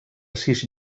sis